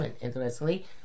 Interestingly